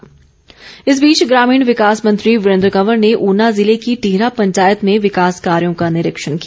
वीरेंद्र कंवर इस बीच ग्रामीण विकास मंत्री वीरेंद्र कंवर ने ऊना ज़िले की टिहरा पंचायत में विकास कार्यों का निरीक्षण किया